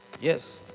Yes